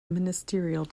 ministerial